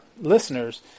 listeners